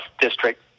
district